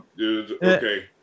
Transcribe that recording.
Okay